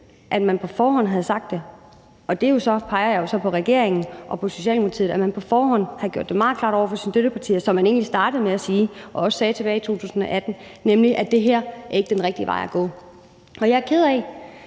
sagt det på forhånd – og det peger jo så på regeringen og på Socialdemokratiet – altså at man på forhånd havde gjort det meget klart over for sine støttepartier, så man egentlig startede med at sige, som man også sagde tilbage i 2018, at det her ikke er den rigtige vej at gå. Jeg er ked af,